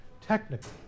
technically